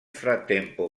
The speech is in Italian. frattempo